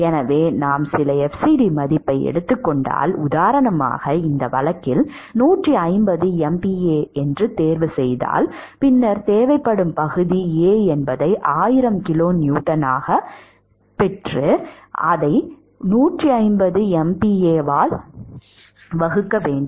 எனவே நாம் சில fcd மதிப்பை எடுத்துக் கொண்டால் உதாரணமாக இந்த வழக்கில் 150 MPa பின்னர் தேவைப்படும் பகுதி A 1000 கிலோநியூட்டன் 150 ஆல் வகுக்கப்படும்